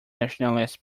nationalist